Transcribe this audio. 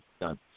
done